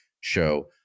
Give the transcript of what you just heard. show